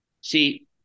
see